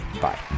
Bye